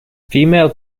female